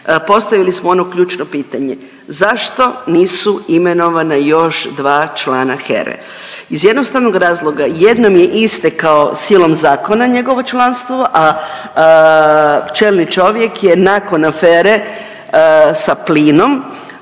postavili smo ono ključno pitanje, zašto nisu imenovana još 2 člana HERA-e. Iz jednostavnog razloga, jednom je istekao silom zakona njegovo članstvo, a čelni čovjek je nakon afere sa plinom